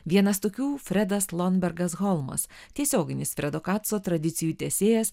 vienas tokių fredas lombergas holmas tiesioginis fredo kaco tradicijų tęsėjas